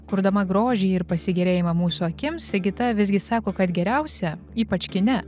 kurdama grožį ir pasigėrėjimą mūsų akims sigita visgi sako kad geriausia ypač kine